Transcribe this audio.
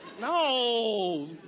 No